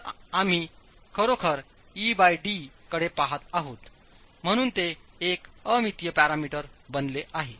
तर आम्ही खरोखर ed कडे पहात आहोत म्हणून ते एक अ मितीय पॅरामीटर बनले आहे